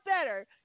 better